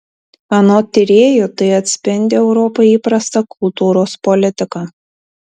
anot tyrėjų tai atspindi europai įprastą kultūros politiką